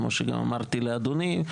כמו שגם אמרתי לאדוני,